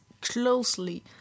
closely